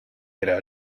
era